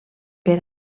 per